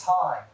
time